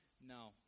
No